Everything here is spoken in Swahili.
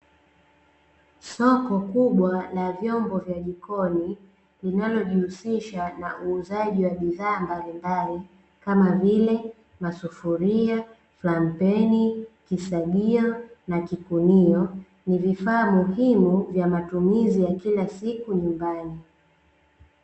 Soko kubwa la vyombo vya jikoni linalojihusisha na uuzaji wa bidhaa mbalimbali, kama vile: masufuria, frampeni, kisagio na kikunio; ni vifaa muhimu vya matumizi ya kila siku nyumbani.